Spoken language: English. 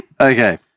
Okay